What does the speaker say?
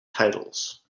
titles